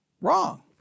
wrong